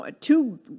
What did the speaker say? Two